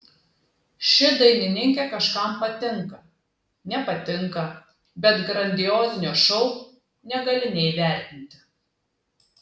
ši dainininkė kažkam patinka nepatinka bet grandiozinio šou negali neįvertinti